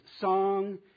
song